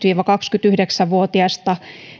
viiva kaksikymmentäyhdeksän vuotiasta